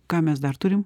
ką mes dar turim